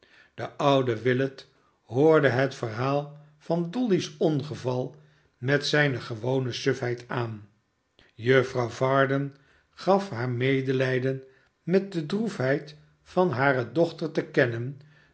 de oude willet hoorde het verhaal van dolly's ongeval met zijne gewone sufheid aan juffrouw varden gaf haar medelijden met de droefheid van hare dochter te kennen